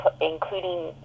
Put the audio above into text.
including